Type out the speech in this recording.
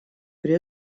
при